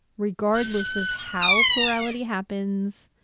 regardless of how plurality happens,